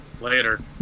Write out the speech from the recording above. later